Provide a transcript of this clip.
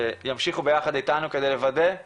עובדים